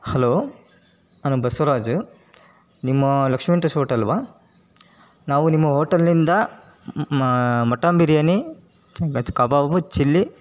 hello ಆಂ ನಾನು ಬಸವರಾಜು ನಿಮ್ಮ ಲಕ್ಷ್ಮೀ ವೆಂಕಟೇಶ್ ಹೋಟ್ಲ್ ಅಲ್ವಾ ನಾವು ನಿಮ್ಮ ಓಟೆಲ್ಲಿಂದ mutton biryani veg kebab chilli